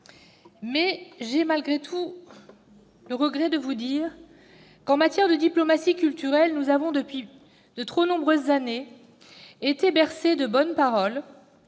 j'ai malgré tout le regret de vous dire que, en matière de diplomatie culturelle, nous avons depuis de trop nombreuses années été bercées de bonnes paroles,